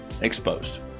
Exposed